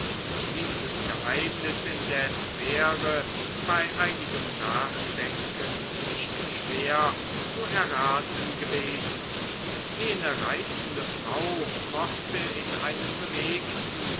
dieses geheimnis indes wäre bei einigem nachdenken nicht schwer zu erraten gewesen jene reizende frau mochte in einem bewegten